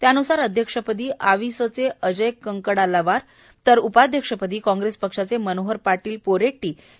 त्यानुसार अध्यक्षपदी आविसचे अजय कंकडालवार तर उपाध्यक्षपदी काँग्रेस पक्षाचे मनोहर पाटील पोरेटी विजयी झाले